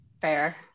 fair